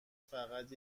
فقط